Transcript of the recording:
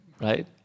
right